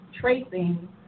tracing